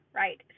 right